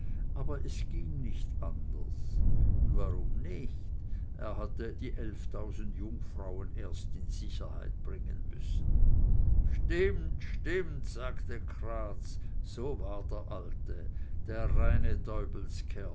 aber es ging nicht anders und warum nicht er hatte die elftausend jungfrauen erst in sicherheit bringen müssen stimmt stimmt sagte kraatz so war der alte der reine